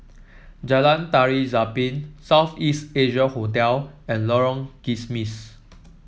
Jalan Tari Zapin South East Asia Hotel and Lorong Kismis